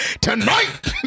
Tonight